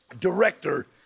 director